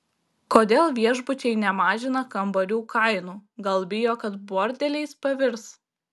kodėl viešbučiai nemažina kambarių kainų gal bijo kad bordeliais pavirs